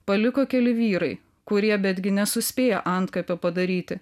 paliko keli vyrai kurie betgi nesuspėjo antkapio padaryti